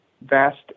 vast